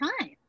time